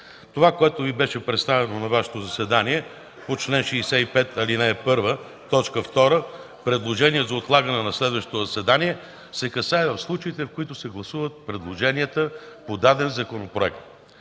Това, което беше представено на Вашето заседание по чл. 65, ал. 1, т. 2 – предложение за отлагане на следващо заседание, се касае за случаите, в които се гласуват предложенията по даден законопроект.